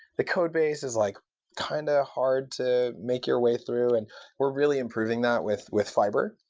the codebase is like kind of hard to make your way through, and we're really improving that with with fiber.